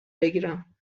بگیرم